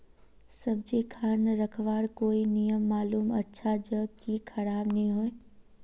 सब्जी खान रखवार कोई नियम मालूम अच्छा ज की खराब नि होय?